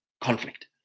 conflict